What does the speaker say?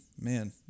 Man